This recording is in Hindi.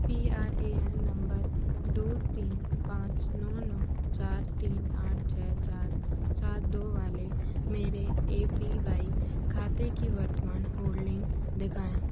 P R A N number दो तीन पाँच नौ नौ चार तीन आठ छः चार सात दो वाले मेरे ए पी वाई खाते की वर्तमान होल्डिंग दिखाएँ